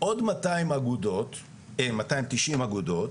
עוד מאתיים תשעים אגודות